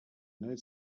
united